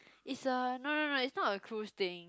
is a no no no is not a cruise thing